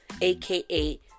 aka